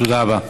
תודה רבה.